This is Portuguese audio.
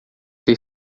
ter